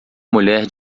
mulher